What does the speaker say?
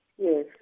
Yes